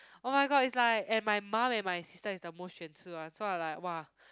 oh-my-god it's like and my mum my sister is the most 选吃 one so I like !wah!